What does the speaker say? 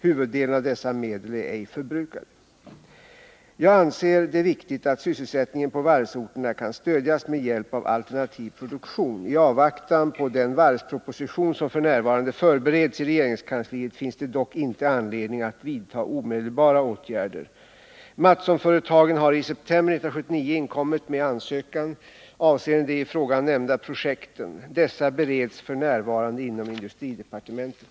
Huvuddelen av dessa medel är ej förbrukad. Jag anser det viktigt att sysselsättningen på varvsorterna kan stödjas med hjälp av alternativ produktion. I avvaktan på den varvsproposition som f. n. förbereds i regeringskansliet finns dock inte anledning att vidta omedelbara åtgärder. Mattssonföretagen har i september 1979 inkommit med ansökan avseende de i frågan nämnda projekten. Dessa bereds f. n. inom industridepartementet.